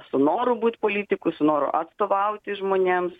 su noru būt politiku su noru atstovauti žmonėms